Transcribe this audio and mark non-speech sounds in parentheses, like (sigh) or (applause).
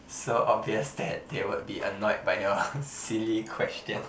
so obvious that they would be annoyed by your (laughs) silly question